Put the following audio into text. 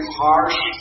harsh